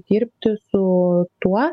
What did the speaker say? dirbti su tuo